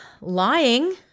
lying